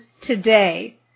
today